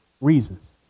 reasons